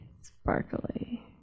sparkly